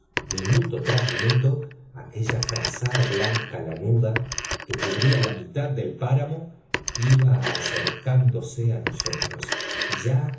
minuto tras minuto aquella frazada blanca lanuda que cubría la mitad del páramo iba acercándose á nosotros ya